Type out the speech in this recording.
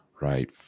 right